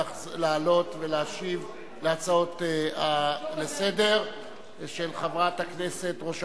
לעלות ולהשיב על ההצעות לסדר-היום של חברת הכנסת וראש